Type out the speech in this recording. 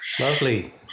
lovely